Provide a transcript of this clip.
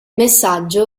messaggio